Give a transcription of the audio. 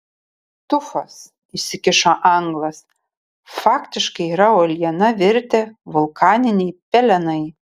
tufas įsikišo anglas faktiškai yra uoliena virtę vulkaniniai pelenai